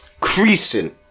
Creasing